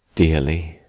dearly.